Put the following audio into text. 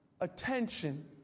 attention